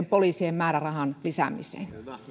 poliisien määrärahan lisäämiseen